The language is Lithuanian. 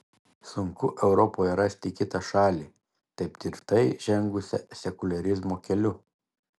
sunku europoje rasti kitą šalį taip tvirtai žengusią sekuliarizmo keliu